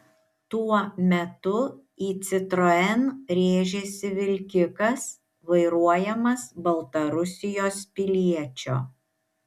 tuo metu į citroen rėžėsi vilkikas vairuojamas baltarusijos piliečio